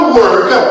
work